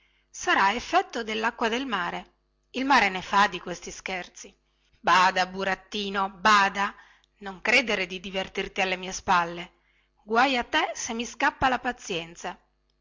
sarà effetto dellacqua del mare il mare ne fa di questi scherzi bada burattino bada non credere di divertirti alle mie spalle guai a te se mi scappa la pazienza